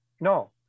no